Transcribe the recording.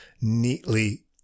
neatly